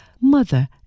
mother